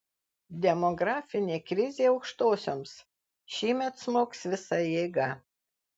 demografinė krizė aukštosioms šįmet smogs visa jėga